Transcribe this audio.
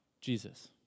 Jesus